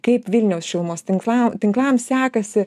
kaip vilniaus šilumos tinkla tinklams sekasi